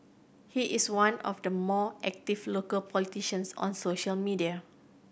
he is one of the more active local politicians on social media